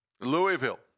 Louisville